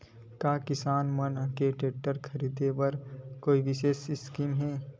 का किसान मन के टेक्टर ख़रीदे बर कोई विशेष स्कीम हे?